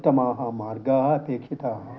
उत्तमाः मार्गाः अपेक्षिताः